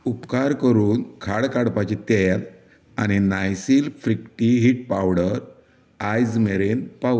उपकार करून खाड वाडपाचें तेल आनी नायसील प्रिक्ली हीट पावडर आयज मेरेन पावय